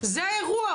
זה האירוע,